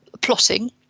plotting